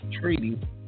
treaty